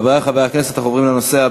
חברי חברי הכנסת, אנחנו עוברים